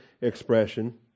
expression